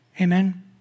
Amen